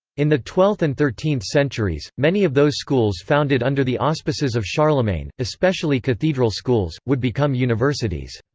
in the twelfth and thirteenth centuries, many of those schools founded under the auspices of charlemagne, especially cathedral schools, would become universities.